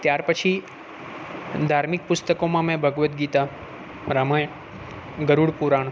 ત્યારપછી ધાર્મિક પુસ્તકોમાં મેં ભગવદ્ ગીતા રામાયણ ગરૂડ પુરાણ